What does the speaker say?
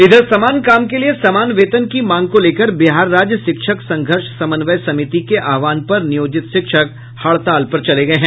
इधर समान काम के लिये समान वेतन की मांग को लेकर बिहार राज्य शिक्षक संघर्ष समन्वय समिति के आहवान पर नियोजित शिक्षक हड़ताल पर चले गये हैं